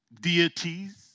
deities